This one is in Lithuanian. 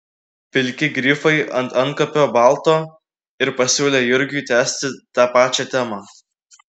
pilki grifai ant antkapio balto ir pasiūlė jurgiui tęsti ta pačia tema